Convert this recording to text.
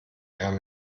ärmel